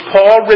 Paul